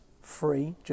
free